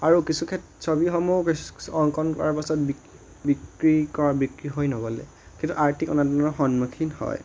আৰু কিছু ক্ষেত্ৰত ছবিসমূহ অংকন কৰাৰ পাছত বিক বিক্ৰী কৰা বিক্ৰী হৈ নগ'লে কিন্তু আৰ্থিক অনাটনৰ সন্মুখীন হয়